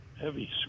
heavy